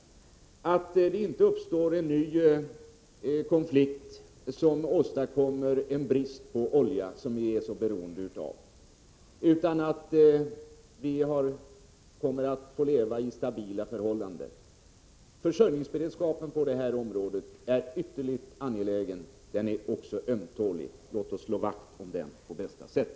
Jag hoppas också att det inte uppstår en ny konflikt som åstadkommer brist på olja som vi är så beroende av, utan att vi i stället kommer att få leva under stabila förhållanden. Försörjningsberedskapen på det här området är ytterligt angelägen. Den är också ömtålig. Låt oss slå vakt om den på bästa sätt.